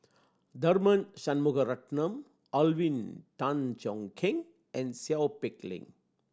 Tharman Shanmugaratnam Alvin Tan Cheong Kheng and Seow Peck Leng